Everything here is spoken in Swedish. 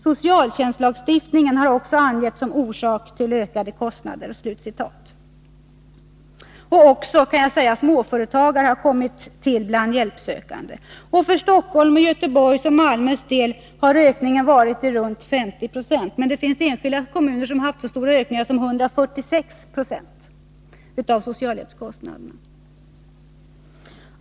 Socialtjänstlagstiftningen har också angetts som en orsak till ökande kostnader.” Också småföretagare har tillkommit bland hjälpsökande. För Stockholms, Göteborgs och Malmös del har ökningen uppgått till omkring 50 20, men det finns enskilda kommuner som har haft så stora ökningar som 146 90 av socialhjälpsköstnaderna.